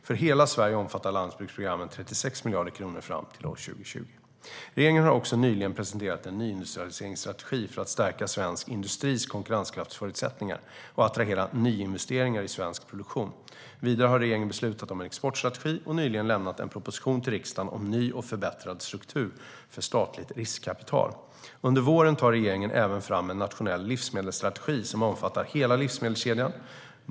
För hela Sverige omfattar landsbygdsprogrammet 36 miljarder kronor fram till 2020. Regeringen har också nyligen presenterat en nyindustrialiseringsstrategi för att stärka svensk industris konkurrensförutsättningar och attrahera nyinvesteringar i svensk produktion. Vidare har regeringen beslutat om en exportstrategi och nyligen lämnat en proposition till riksdagen om ny och förbättrad struktur för statligt riskkapital. Under våren tar regeringen även fram en nationell livsmedelsstrategi som omfattar hela livsmedelskedjan.